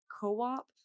co-op